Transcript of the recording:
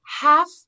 half